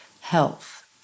health